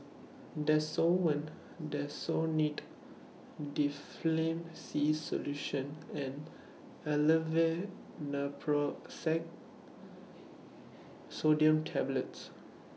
Desowen Desonide Difflam C Solution and Aleve Naproxen Sodium Tablets